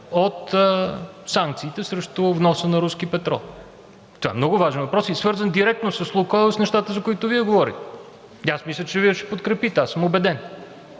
от санкциите срещу вноса на руски петрол. Това е много важен въпрос и е свързан директно с „Лукойл“ и с нещата, за които Вие говорихте. И аз мисля, че Вие ще подкрепите, аз съм убеден.